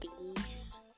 beliefs